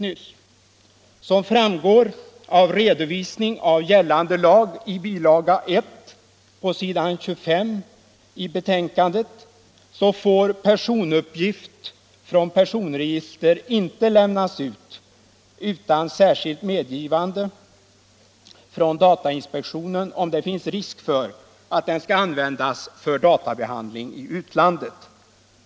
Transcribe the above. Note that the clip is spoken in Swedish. Såsom framgår av redovisningen av gällande lag i bilaga 1 på s. 25 i konstitutionsutskottets betänkande får personuppgift från personregister inte lämnas ut utan särskilt medgivande av datainspektionen, om det finns risk för att uppgiften skall användas för databehandling i utlandet.